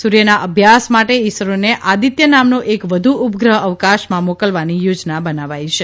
સૂર્યના અભ્યાસ માટે ઇસરોને આદિત્ય નામનો એક વધુ ઉપગ્રહ અવકાશમાં મોકલવાની યોજના બનાવાઇ છે